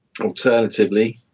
Alternatively